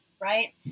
right